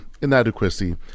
inadequacy